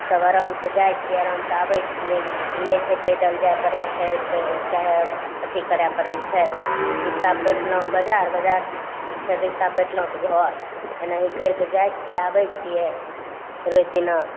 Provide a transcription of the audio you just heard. सब आरामसँ जाइ छियै आरामसँ आबय छियै ई नहि छै पैदल जाइ पड़य छै चाहे अथी करय पड़य छै रिक्शापर बैठलहुँ बाजार बाजारसँ फेर रिक्शापर बैठलहुँ तऽ घर एनाही करि कऽ जाइ छियै आबय छियै रवि दिना